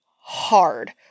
Hard